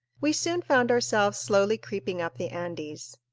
we soon found ourselves slowly creeping up the andes.